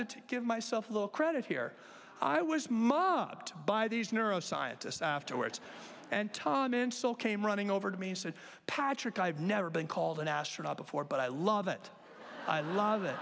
to give myself a little credit here i was mocked by these neuroscientists afterwards and tom in seoul came running over to me said patrick i've never been called an astronaut before but i love it i love it